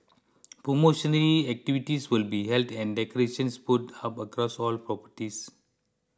promotional activities will be held and decorations put up across all properties